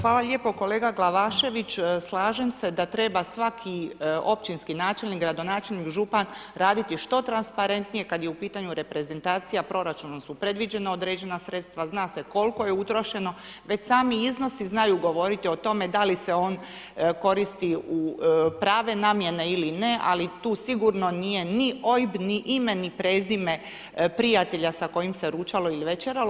Hvala lijepo kolega Glavašević, slažem se da treba svaki općinski načelnik, gradonačelnik, župan, raditi što transparentnije, kad je u pitanju reprezentacija, proračunom su predviđena određena sredstva, zna se koliko je utrošeno, već sami iznosi znaju govoriti o tome, da li se on koristi u prave namjene ili ne, ali tu sigurno nije ni OIB ni ime ni prezime prijatelja s kojim se ručalo ili večeralo.